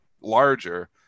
larger